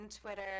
Twitter